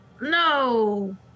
No